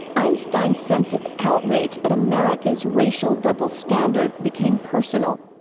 einstein's sense of outrage at america's racial double standard became personal.